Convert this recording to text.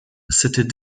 c’était